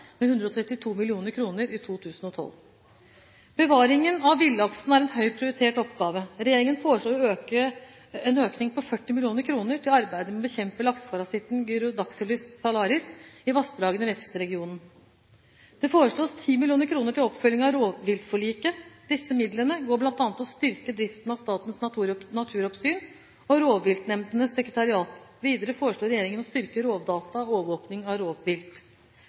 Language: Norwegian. med 132 mill. kr i 2012. Bevaring av villaksen er en høyt prioritert oppgave. Regjeringen foreslår en økning på 40 mill. kr til arbeidet med å bekjempe lakseparasitten Gyrodactylus salaris i vassdragene i Vefsn-regionen. Det foreslås 10 mill. kr til oppfølging av rovviltforliket. Disse midlene går bl.a. til å styrke driften av Statens naturoppsyn og rovviltnemndenes sekretariat. Videre foreslår regjeringen å styrke Rovdata og overvåking av rovvilt.